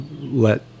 let